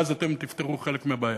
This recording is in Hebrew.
ואז אתם תפתרו חלק מהבעיה.